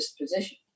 position